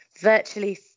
virtually